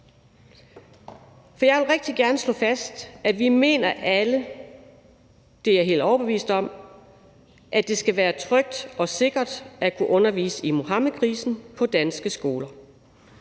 For jeg vil rigtig gerne slå fast, at vi alle mener – det er jeg helt overbevist om – at det skal være trygt og sikkert at kunne undervise i Muhammedkrisen på danske skoler.